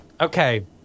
Okay